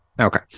Okay